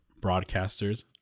broadcasters